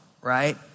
right